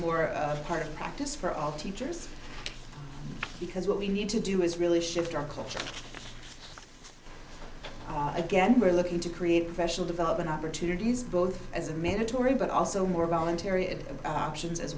more a part actis for all teachers because what we need to do is really shift our culture again we're looking to create professional development opportunities both as a mandatory but also more voluntary and options as